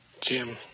Jim